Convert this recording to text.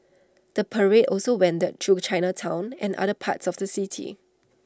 the parade also wended through Chinatown and other parts of the city